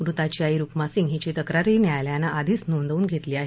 मृताची आई रुक्मा सिंग हीची तक्रारही न्यायालयानं आधीच नोंदवून घेतली आहे